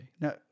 No